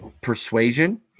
persuasion